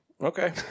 Okay